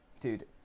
Dude